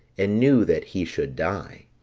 and knew that he should die.